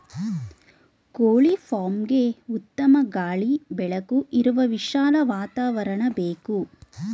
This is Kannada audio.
ಕೋಳಿ ಫಾರ್ಮ್ಗೆಗೆ ಉತ್ತಮ ಗಾಳಿ ಬೆಳಕು ಇರುವ ವಿಶಾಲ ವಾತಾವರಣ ಬೇಕು